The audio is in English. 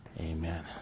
amen